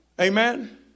Amen